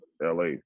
LA